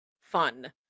fun